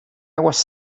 was